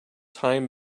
time